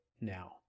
now